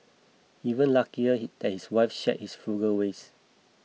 even luckier he that his wife shared his frugal ways